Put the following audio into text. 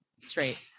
Straight